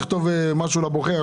תכתוב משהו לבוחר,